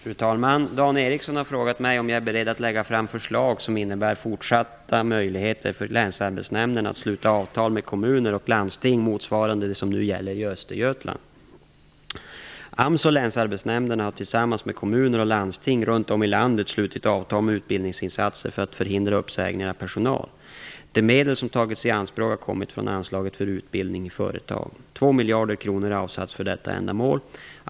Fru talman! Dan Ericsson har frågat mig om jag är beredd att lägga fram förslag som innebär fortsatta möjligheter för länsarbetsnämnderna att sluta avtal med kommuner och landsting motsvarande det som nu gäller i Östergötland. AMS och länsarbetsnämnderna har tillsammans med kommuner och landsting runt om i landet slutit avtal om utbildningsinsatser för att förhindra uppsägningar av personal. De medel som tagits i anspråk har kommit från anslaget för utbildning i företag. 2 miljarder kronor har avsatts för detta ändamål.